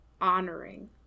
honoring